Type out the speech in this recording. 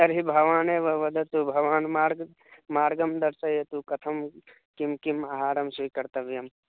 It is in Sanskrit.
तर्हि भवानेव वदतु भवान् मार्गं मार्गं दर्शयतु कथं किं किम् आहारं स्वीकर्तव्यं